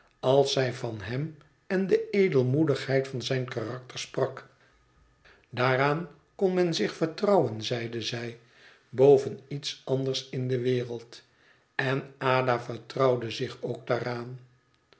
als zij van hem en de edelmoedigheid van zijn karakter sprak daaraan kon men zich vertrouwen zeide zij boven iets anders in de wereld en ada vertrouwde zich ook daaraan